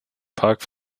park